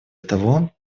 того